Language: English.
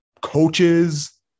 coaches